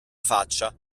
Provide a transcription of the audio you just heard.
faccia